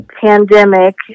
pandemic